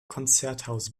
konzerthaus